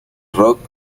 rock